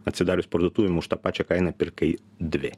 atsidarius parduotuvėm už tą pačią kainą pirkai dvi